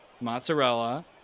Mozzarella